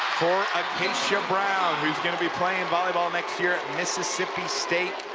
for akacia brown who is going to be playing volleyball next year at mississippi state.